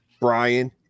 Brian